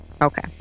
Okay